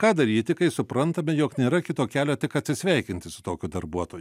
ką daryti kai suprantame jog nėra kito kelio tik atsisveikinti su tokiu darbuotoju